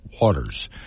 waters